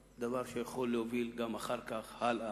יכולות להביא גם אחר כך הלאה.